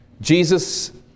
Jesus